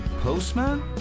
postman